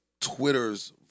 Twitter's